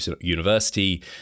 University